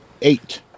eight